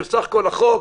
שהחוק,